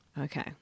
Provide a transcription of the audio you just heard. Okay